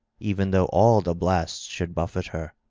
even though all the blasts should buffet her.